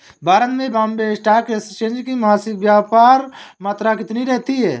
भारत में Bombay stock exchange की मासिक व्यापार मात्रा कितनी रहती है?